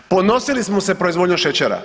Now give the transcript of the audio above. Ponosili smo se proizvodnjom šećera.